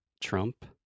Trump